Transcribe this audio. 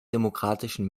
demokratischen